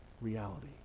reality